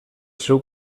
seu